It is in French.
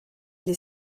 les